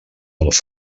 els